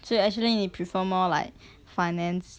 so actually 你 prefer more like finance